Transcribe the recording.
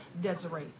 Desiree